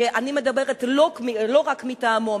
שאני מדברת לא רק מטעמו,